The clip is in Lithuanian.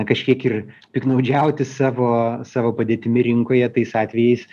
kažkiek ir piktnaudžiauti savo savo padėtimi rinkoje tais atvejais